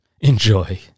Enjoy